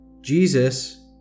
Jesus